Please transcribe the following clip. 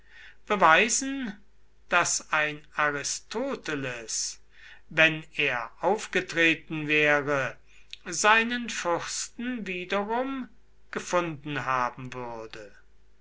beweisen daß ein aristoteles wenn er aufgetreten wäre seinen fürsten wiederum gefunden haben würde